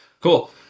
cool